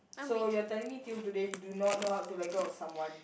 so you're telling me till today you do not know how to let go of someone